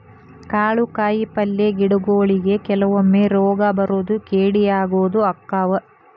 ಕಾಳು ಕಾಯಿಪಲ್ಲೆ ಗಿಡಗೊಳಿಗು ಕೆಲವೊಮ್ಮೆ ರೋಗಾ ಬರುದು ಕೇಡಿ ಆಗುದು ಅಕ್ಕಾವ